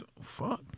Fuck